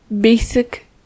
basic